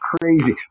crazy